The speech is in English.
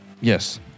Yes